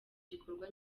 gikorwa